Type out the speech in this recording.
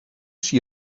she